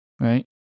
right